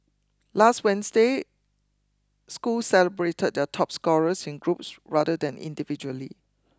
last Wednesday schools celebrated their top scorers in groups rather than individually